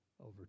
over